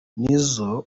nizzo